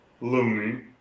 Looney